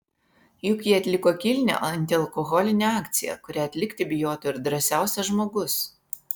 juk jie atliko kilnią antialkoholinę akciją kurią atlikti bijotų ir drąsiausias žmogus